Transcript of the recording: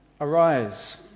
Arise